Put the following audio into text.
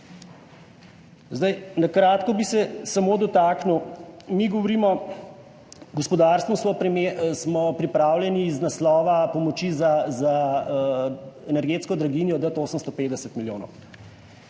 Na kratko bi se samo dotaknil, mi govorimo, gospodarstvu smo pripravljeni iz naslova pomoči za energetsko draginjo dati 850 milijonov.